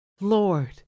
Lord